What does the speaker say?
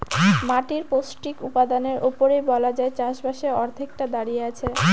মাটির পৌষ্টিক উপাদানের উপরেই বলা যায় চাষবাসের অর্ধেকটা দাঁড়িয়ে আছে